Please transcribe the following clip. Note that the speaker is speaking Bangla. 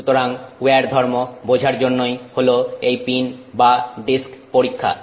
সুতরাং উইয়ার ধর্ম বোঝার জন্যই হলো এই পিন বা ডিস্ক পরীক্ষা